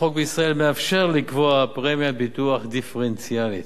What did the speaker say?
החוק בישראל מאפשר לקבוע פרמיית ביטוח דיפרנציאלית.